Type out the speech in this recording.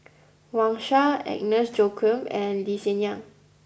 Wang Sha Agnes Joaquim and Lee Hsien Yang